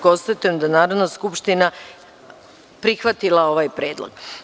Konstatujem da je Narodna skupština prihvatila ovaj predlog.